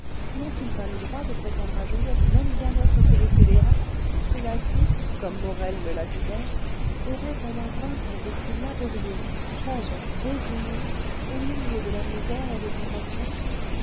n'ont-ils pas le droit de prétendre à jouir du même bien-être que les scélérats ceux-là qui comme morel le lapidaire auraient pendant vingt ans vécu laborieux probes résignés au milieu de la misère et des tentations